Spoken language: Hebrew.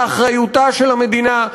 באחריותה של המדינה,